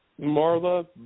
Marla